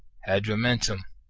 hadru metum,